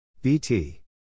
BT